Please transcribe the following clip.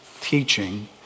teaching